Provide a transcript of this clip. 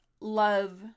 love